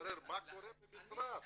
ונברר מה קורה במשרד.